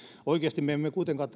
oikeasti me emme kuitenkaan